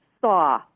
saw